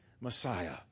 Messiah